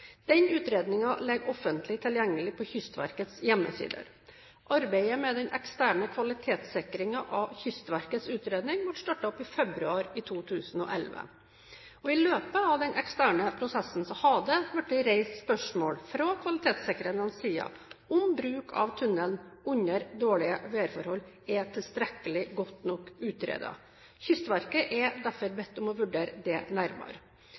ligger offentlig tilgjengelig på Kystverkets hjemmesider. Arbeidet med den eksterne kvalitetssikringen av Kystverkets utredning ble startet opp i februar 2011. I løpet av den eksterne prosessen har det blitt reist spørsmål fra kvalitetssikrernes side om bruk av tunnelen under dårlige værforhold er tilstrekkelig utredet. Kystverket er derfor bedt om å vurdere det nærmere.